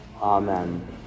Amen